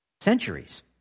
centuries